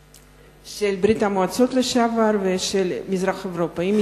של ברית-המועצות לשעבר ושל מזרח-אירופה אתם מתכוונים להמשיך את התהליך,